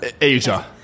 Asia